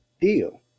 deal